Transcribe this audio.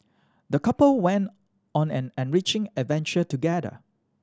the couple went on an enriching adventure together